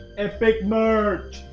epic merch!